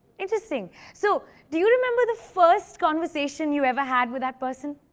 interesting. so, do you remember the first conversation you ever had with that person?